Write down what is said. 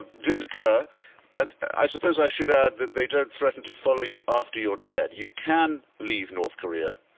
didn't occur and i suppose i should add they don't threaten to follow you after you're dead. you can leave north korea.